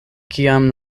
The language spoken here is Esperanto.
kiam